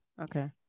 Okay